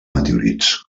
meteorits